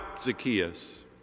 Zacchaeus